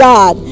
God